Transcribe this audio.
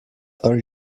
are